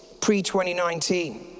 pre-2019